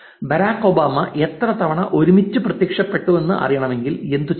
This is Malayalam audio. ബരാക് ഒബാമ എത്ര തവണ ഒരുമിച്ച് പ്രത്യക്ഷപ്പെട്ടുവെന്ന് അറിയണമെങ്കിൽ എന്തുചെയ്യും